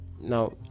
now